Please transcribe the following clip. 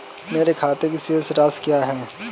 मेरे खाते की शेष राशि क्या है?